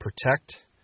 protect